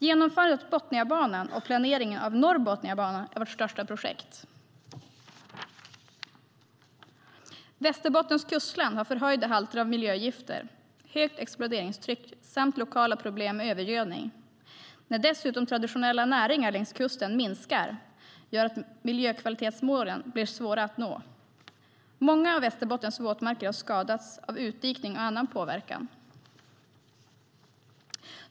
Genomförandet av Botniabanan och planeringen av Norrbotniabanan är våra största projekt. Västerbottens kustland har förhöjda halter av miljögifter, högt exploateringstryck samt lokala problem med övergödning. När dessutom traditionella näringar längs kusten minskar gör det att miljökvalitetsmålen blir svåra att nå. Många av Västerbottens våtmarker har skadats av utdikning och annan påverkan.